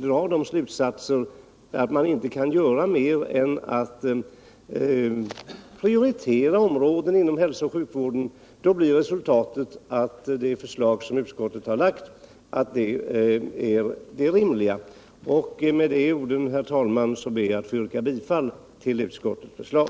drar slutsatsen att man inte kan göra mer än att prioritera områden inom hälsooch sjukvården, då blir resultatet att det förslag som utskottet har lagt är det rimliga. Med dessa ord, herr talman, ber jag att få yrka bifall till utskottets förslag.